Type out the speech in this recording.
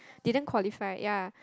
didn't qualify ya